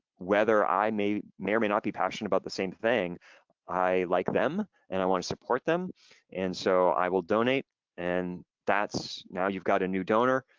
whether i may may or may not be passionate about the same thing i like them, and i want to support them and so i will donate and now you've got a new donor,